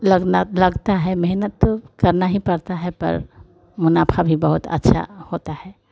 लगना लगता है मेहनत तो करना ही पड़ता है पर मुनाफा भी बहुत अच्छा होता है